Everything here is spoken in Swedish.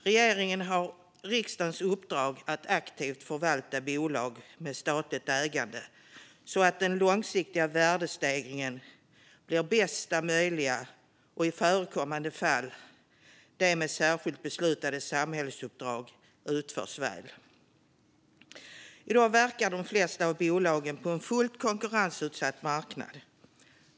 Regeringen har riksdagens uppdrag att aktivt förvalta bolag med statligt ägande så att den långsiktiga värdestegringen blir den bästa möjliga och att, i förekommande fall, bolagen med särskilt beslutade samhällsuppdrag utför dessa väl. I dag verkar de flesta av bolagen på en fullt konkurrensutsatt marknad.